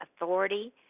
authority